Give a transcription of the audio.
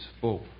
Four